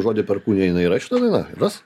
žodį perkūnija jinai yra šitoj dainoj ras